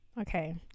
okay